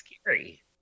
scary